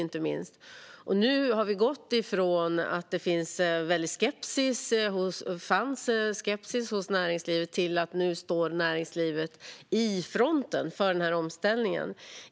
Nu har vi gått från stor skepsis hos näringslivet till att näringslivet nu står i fronten för omställningen.